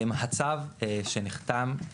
הצו שנחתם,